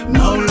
no